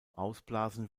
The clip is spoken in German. ausblasen